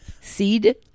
seed